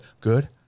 good